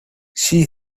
she